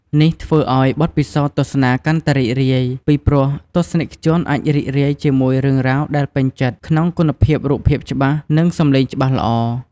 នេះធ្វើឲ្យបទពិសោធន៍ទស្សនាកាន់តែរីករាយ ពីព្រោះទស្សនិកជនអាចរីករាយជាមួយរឿងរ៉ាវដែលពេញចិត្ត ក្នុងគុណភាពរូបភាពច្បាស់ និងសំឡេងច្បាស់ល្អ ។